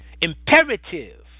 imperative